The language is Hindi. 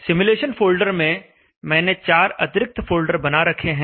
simulation फोल्डर में मैंने चार अतिरिक्त फोल्डर बना रखे हैं